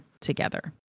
together